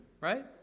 Right